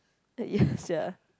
that is sia